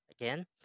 Again